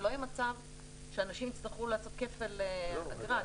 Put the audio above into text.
שלא יהיה מצב שאנשים יצטרכו לעשות כפל אגרה.